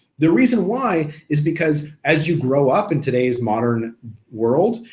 the reason why is because as you grow up in today's modern world,